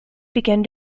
began